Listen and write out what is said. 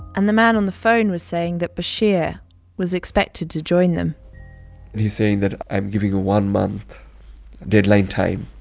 and the man on the phone was saying that bashir was expected to join them he's saying that, i'm giving you one month deadline time.